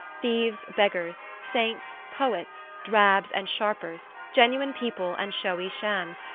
thieves, beggars, saints, poets, drabs and sharpers, genuine people and showy shams,